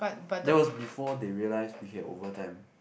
that was before they realise they can overtime